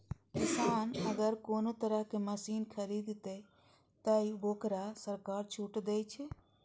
किसान अगर कोनो तरह के मशीन खरीद ते तय वोकरा सरकार छूट दे छे?